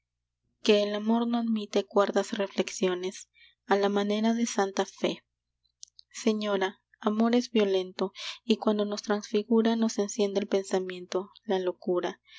que el amor no admite cuerdas reflexiones a la manera de santa ffe señora amor es violento y cuando nos transfigura nos enciende el pensamiento la locura